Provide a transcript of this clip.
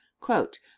Quote